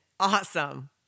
awesome